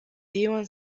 tiun